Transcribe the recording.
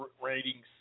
ratings